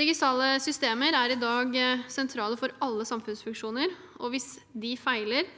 Digitale systemer er i dag sentrale for alle samfunnsfunksjoner, og hvis de feiler,